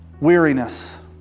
Weariness